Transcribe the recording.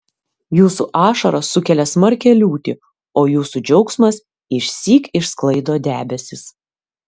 jūsų ašaros sukelia smarkią liūtį o jūsų džiaugsmas išsyk išsklaido debesis